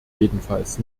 jedenfalls